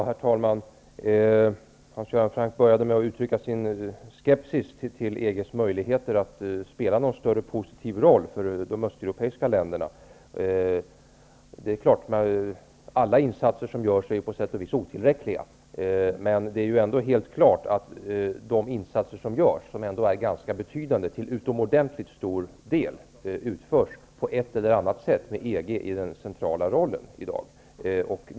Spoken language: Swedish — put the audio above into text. Herr talman! Hans Göran Franck började med att uttrycka sin skepsis till EG:s möjligheter att spela någon större positiv roll för de östeuropeiska länderna. Det är klart att alla insatser som görs på sätt och vis är otillräckliga. Men det är ändå helt klart att de insatser som görs, och som ändå är ganska betydande, i dag till utomordentligt stor del på ett eller annat sätt utförs med EG i den centrala rollen.